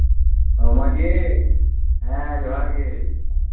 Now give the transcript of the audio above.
ᱢᱚᱡᱽᱜᱮ ᱦᱮᱸ ᱡᱚᱦᱟᱨ ᱜᱮ